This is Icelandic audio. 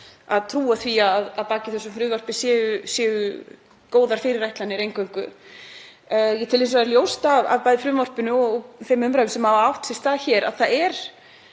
að trúa því að að baki þessu frumvarpi séu góðar fyrirætlanir eingöngu. Ég tel hins vegar ljóst af bæði frumvarpinu og þeim umræðum sem hafa átt sér stað hér að þetta er